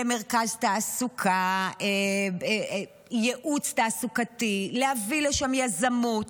למרכז תעסוקה, ייעוץ תעסוקתי, להביא לשם יזמות.